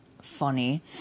funny